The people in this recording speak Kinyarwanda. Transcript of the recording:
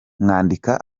mwandika